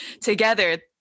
together